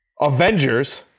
Avengers